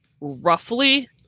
roughly